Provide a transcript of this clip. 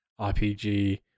RPG